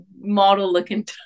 model-looking